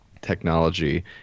technology